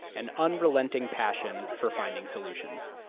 and unrelenting passion for finding solutions.